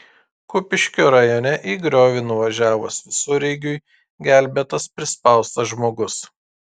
kupiškio rajone į griovį nuvažiavus visureigiui gelbėtas prispaustas žmogus